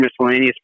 miscellaneous